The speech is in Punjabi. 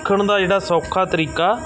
ਖਣ ਦਾ ਜਿਹੜਾ ਸੌਖਾ ਤਰੀਕਾ